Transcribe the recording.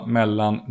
mellan